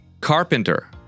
Carpenter